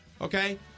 okay